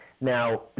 Now